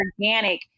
organic